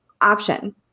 option